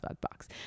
box